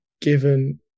given